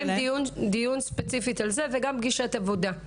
נקיים דיון ספציפי על זה וגם פגישת עבודה.